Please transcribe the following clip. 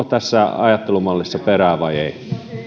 tässä ajattelumallissa perää vai ei